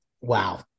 wow